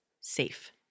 safe